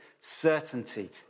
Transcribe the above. certainty